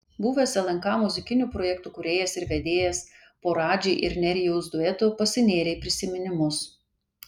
buvęs lnk muzikinių projektų kūrėjas ir vedėjas po radži ir nerijaus dueto pasinėrė į prisiminimus